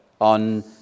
on